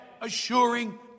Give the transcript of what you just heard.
assuring